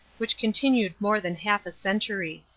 which continued more than half a century.